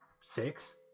six